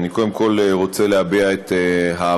אני קודם כול רוצה להביע את הערכתי